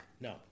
No